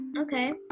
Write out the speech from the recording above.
Okay